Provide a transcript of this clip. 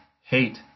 hate